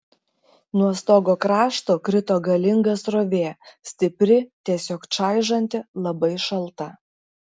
nuo stogo krašto krito galinga srovė stipri tiesiog čaižanti labai šalta